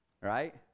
right